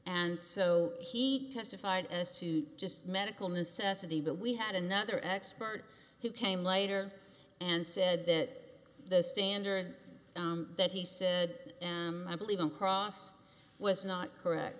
and so he testified as to just medical necessity but we had another expert who came later and said that the standard that he said i believe in cross was not correct